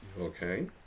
Okay